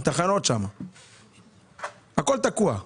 אבל הכול תקוע.